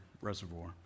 Reservoir